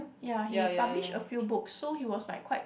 ya he publish a few books so he was like quite